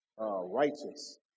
Righteous